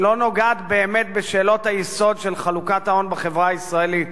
שלא נוגעת באמת בשאלות היסוד של חלוקת ההון בחברה הישראלית.